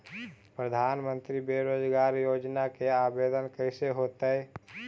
प्रधानमंत्री बेरोजगार योजना के आवेदन कैसे होतै?